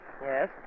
Yes